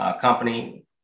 company